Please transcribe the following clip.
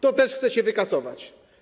To też chcecie wykasować.